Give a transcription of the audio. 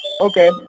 Okay